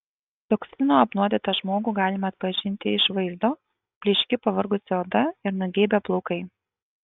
toksinų apnuodytą žmogų galima atpažinti iš vaizdo blyški pavargusi oda ir nugeibę plaukai